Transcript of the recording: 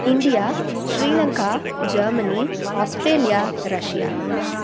India Sri Lanka Germany Australia Russia